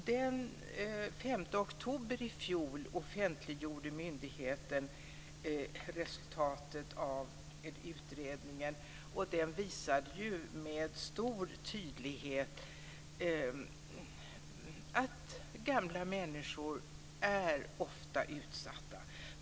Den 5 oktober i fjol offentliggjorde myndigheten resultatet av utredningen. Den visade med stor tydlighet att gamla människor ofta är utsatta.